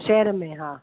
शहर में हा